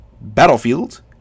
Battlefield